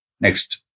Next